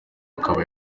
akaba